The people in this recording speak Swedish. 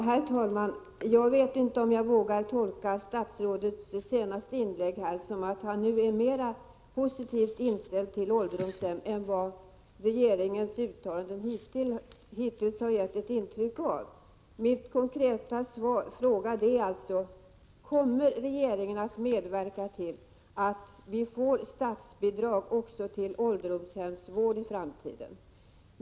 Herr talman! Kanske jag vågar tolka statsrådets senaste inlägg som att han är mera positivt inställd till åderdomshemmen än vad som hittills kommit till uttryck i regeringens uttalanden. Min konkreta fråga är: Kommer regeringen att medverka till att statsbidrag utgår till ålderdomshemsvård också i framtiden?